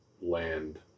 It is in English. land